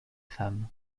femmes